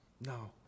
No